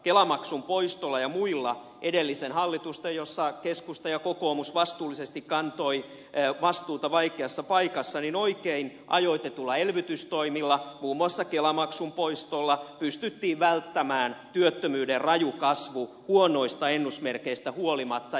kelamaksun poistolla ja muilla edellisen hallituksen jossa keskusta ja kokoomus vastuullisesti kantoivat vastuuta vaikeassa paikassa oikein ajoitetuilla elvytystoimilla muun muassa kelamaksun poistolla pystyttiin välttämään työttömyyden raju kasvu huonoista ennusmerkeistä huolimatta